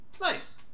nice